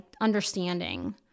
understanding